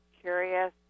curious